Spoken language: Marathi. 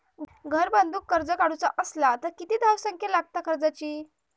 घर बांधूक कर्ज काढूचा असला तर किती धावसंख्या लागता कर्जाची?